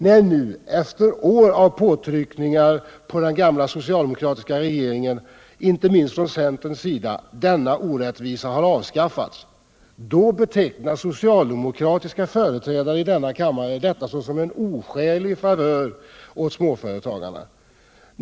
När nu — efter år av påtryckningar på den gamla socialdemokratiska regeringen, inte minst från centerns sida — denna orättvisa avskaffats betecknar socialdemokratiska företrädare i denna kammare detta såsom en oskälig favör åt småföretagarna.